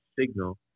signal